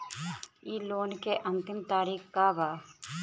इ लोन के अन्तिम तारीख का बा?